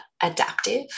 adaptive